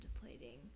contemplating